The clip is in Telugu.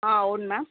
అవును మ్యామ్